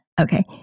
Okay